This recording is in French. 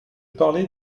parlais